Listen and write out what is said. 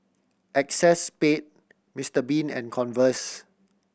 Acexspade Mister Bean and Converse